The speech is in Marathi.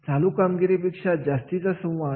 चालू कामगिरीपेक्षा जास्तीचा संवाद